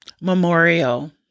memorial